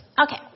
Okay